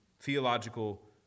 theological